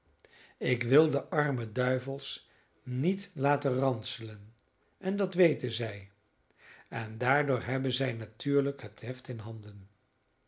ik wil de arme duivels niet laten ranselen en dat weten zij en daardoor hebben zij natuurlijk het heft in handen